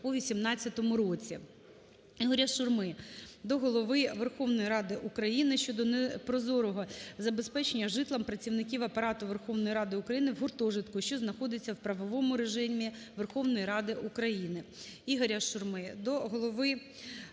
у 2018 році. Ігоря Шурми до Голови Верховної Ради України щодо непрозорого забезпечення житлом працівників Апарату Верховної Ради України в гуртожитку, що знаходиться у правовому режимі Верховної Ради України. Ігоря Шурми до Голови